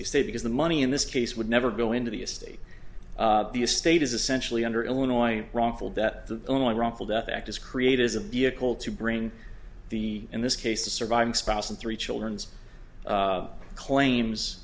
the state because the money in this case would never go into the estate the estate is essentially under illinois wrongful that the only wrongful death act is created is a be a call to bring the in this case the surviving spouse and three children's claims